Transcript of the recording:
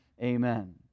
Amen